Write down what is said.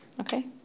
Okay